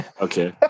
Okay